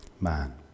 man